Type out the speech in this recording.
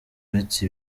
uretse